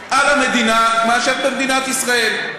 על המדינה, יותר מאשר במדינת ישראל.